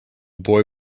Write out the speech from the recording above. boy